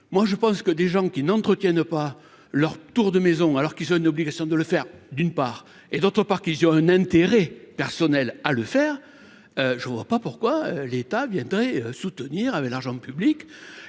moi je pense que des gens qui n'entretiennent pas leur tour de maison alors qu'ils ont une obligation de le faire d'une part et d'autre part qu'ils ont un intérêt personnel à le faire, je ne vois pas pourquoi l'État viendrait soutenir avec l'argent public